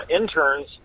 interns